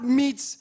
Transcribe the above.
meets